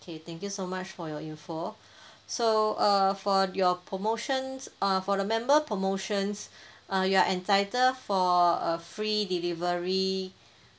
K thank you so much for your info so uh for your promotions uh for the member promotions uh you are entitled for a free delivery